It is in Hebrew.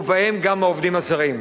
ובהם גם העובדים הזרים.